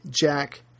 Jack